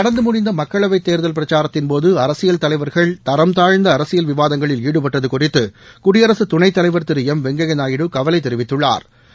நடந்து முடிந்த மக்களவை தேர்தல் பிரச்சாரத்தின்போது அரசியல் தலைவர்கள் தரம் தாழ்ந்த அரசியல் விவாதங்களில் ஈடுபட்டது குறித்து குடியரசு துணைத் தலைவர் திரு எம் வெங்கப்ய நாயுடு கவலை தெரிவித்துள்ளா்